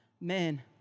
man